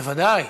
בוודאי,